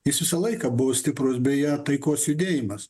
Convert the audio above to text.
jis visą laiką buvo stiprus beje taikos judėjimas